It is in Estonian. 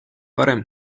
varem